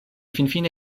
finfine